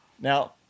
Now